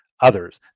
others